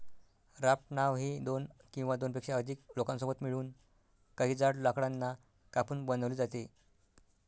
raft नाव ही दोन किंवा दोनपेक्षा अधिक लोकांसोबत मिळून, काही जाड लाकडांना कापून बनवली जाते